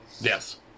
Yes